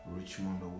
Richmond